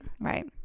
right